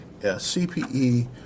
CPE